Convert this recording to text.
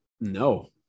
No